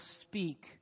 speak